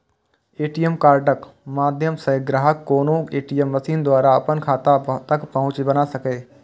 ATM कार्डक माध्यम सं ग्राहक कोनो ए.टी.एम मशीन द्वारा अपन खाता तक पहुंच बना सकैए